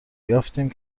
یافتیم